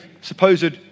supposed